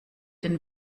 den